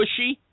pushy